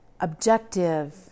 objective